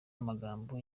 amagambo